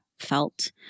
felt